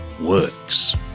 works